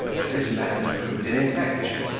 but this method proved ineffectual,